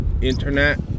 internet